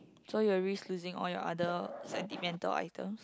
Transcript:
so you will risk losing all your other sentimental items